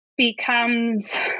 Becomes